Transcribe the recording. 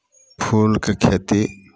फूलके खेती